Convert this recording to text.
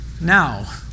Now